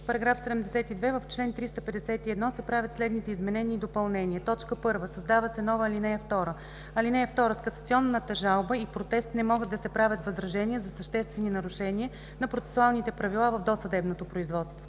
§ 72: „§ 72. В чл. 351 се правят следните изменения и допълнения: 1. Създава се нова ал. 2: „(2) С касационната жалба и протест не могат да се правят възражения за съществени нарушения на процесуалните правила в досъдебното производство.“